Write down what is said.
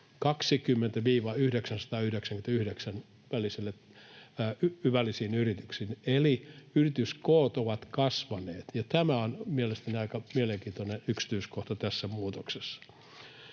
20—999 henkilön yrityksiin, eli yrityskoot ovat kasvaneet. Tämä on mielestäni aika mielenkiintoinen yksityiskohta tässä muutoksessa.